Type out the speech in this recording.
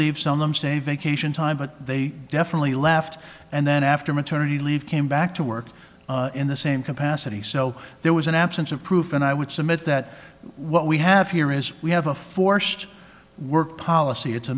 leaves on them say vacation time but they definitely left and then after maternity leave came back to work in the same capacity so there was an absence of proof and i would submit that what we have here is we have a forced work policy it's a